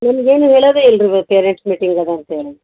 ನಮ್ಗೆ ಏನು ಹೇಳದೆ ಇಲ್ಲರಿ ಅವ ಪೇರೆಂಟ್ಸ್ ಮೀಟಿಂಗ್ಸ್ ಅದೆ ಅಂತೇಳಿ